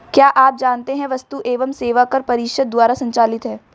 क्या आप जानते है वस्तु एवं सेवा कर परिषद द्वारा संचालित है?